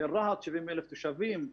רהט עם 70,000 תושבים,